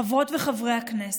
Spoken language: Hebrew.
חברות וחברי הכנסת,